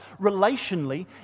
relationally